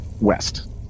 west